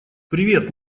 привет